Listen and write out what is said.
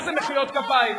מה זה מחיאות כפיים?